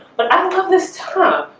but i love this top